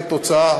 כתוצאה,